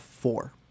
four